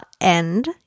end